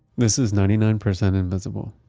this is ninety nine percent invisible.